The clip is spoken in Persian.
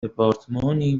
دپارتمانی